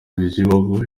bizimungu